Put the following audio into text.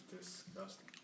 disgusting